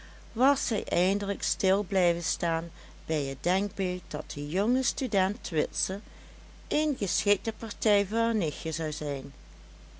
was zij eindelijk stil blijven staan bij het denkbeeld dat de jonge student witse een geschikte partij voor haar nichtje zou zijn